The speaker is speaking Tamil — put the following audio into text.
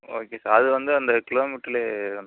ஓகே சார் அது வந்து அந்த கிலோ மீட்டர்ல வந்துரும்